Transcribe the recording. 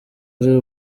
ari